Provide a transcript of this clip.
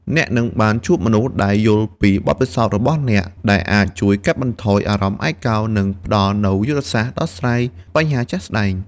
អ្នកនឹងបានជួបមនុស្សដែលយល់ពីបទពិសោធន៍របស់អ្នក ដែលអាចជួយកាត់បន្ថយអារម្មណ៍ឯកោ និងផ្តល់នូវយុទ្ធសាស្ត្រដោះស្រាយបញ្ហាជាក់ស្តែង។